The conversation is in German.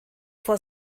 vor